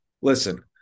listen